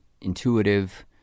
intuitive